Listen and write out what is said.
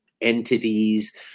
entities